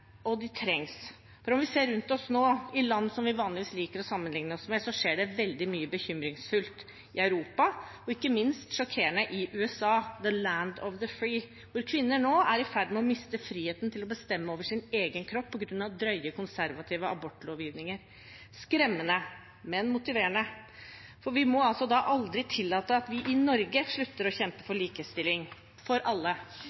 og de trengs. For når vi ser rundt oss nå, i land som vi vanligvis liker å sammenligne oss med, skjer det veldig mye bekymringsfullt, i Europa, og – ikke minst sjokkerende – i USA, «the land of the free», hvor kvinner nå er i ferd med å miste friheten til å bestemme over sin egen kropp på grunn av drøye konservative abortlovgivninger. Skremmende, men motiverende, for vi må aldri tillate at vi i Norge slutter å kjempe for likestilling for alle